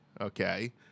okay